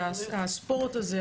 שהספורט הזה,